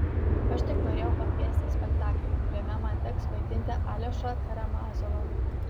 aš tik norėjau pakviesti į spektaklį kuriame man teks vaidinti aliošą karamazovą